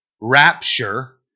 rapture